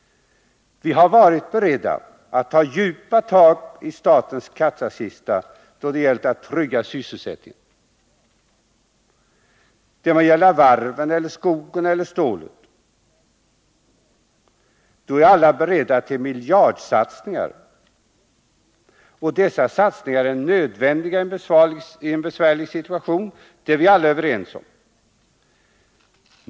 Vi har varit beredda att ta djupa tag i statens kassakista då det gällt att trygga sysselsättningen. Det må gälla varven, skogen eller stålet — då är alla beredda till miljardsatsningar. Dessa satsningar är nödvändiga i en besvärlig situation. Det är vi alla överens om.